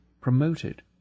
promoted